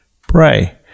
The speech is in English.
Pray